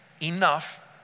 enough